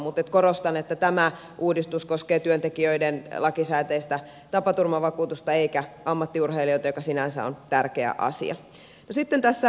mutta korostan että tämä uudistus koskee työntekijöiden lakisääteistä tapaturmavakuutusta eikä ammattiurheilijoita joiden asia sinänsä on tärkeä